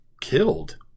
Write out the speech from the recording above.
killed